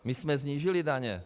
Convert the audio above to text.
My jsme snížili daně.